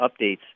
updates